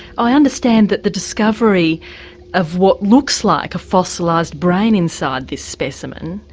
i understand that the discovery of what looks like a fossilised brain inside this specimen,